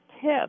tip